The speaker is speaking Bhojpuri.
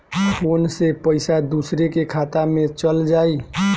फ़ोन से पईसा दूसरे के खाता में चल जाई?